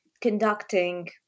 conducting